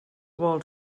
vol